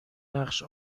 نقش